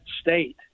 state